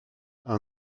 ond